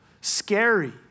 scary